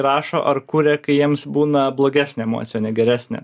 rašo ar kuria kai jiems būna blogesnė emocija negeresnė